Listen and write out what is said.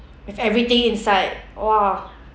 with everything inside !wah!